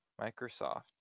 Microsoft